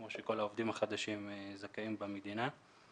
כמו שכל העובדים החדשים זכאים במדינה.